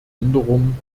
änderung